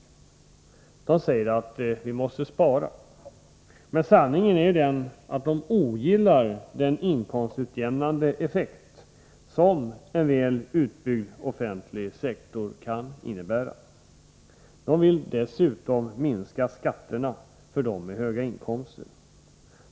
De säger att vi måste spara. Men sanningen är den att de ogillar den inkomstutjämnande effekt som en väl utbyggd offentlig sektor kan innebära. De vill dessutom minska skatterna för dem som har höga inkomster.